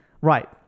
Right